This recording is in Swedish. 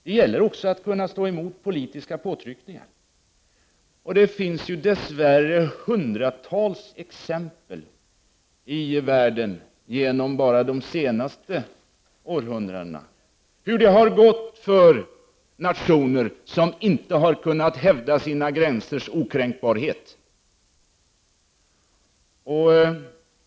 Det gäller också att kunna stå emot politiska påtryckningar. Det finns dess värre från bara de senaste århundradena hundratals exempel på hur det har gått för nationer som inte har kunnat hävda sina gränsers okränkbarhet.